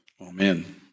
Amen